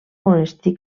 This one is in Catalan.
monestir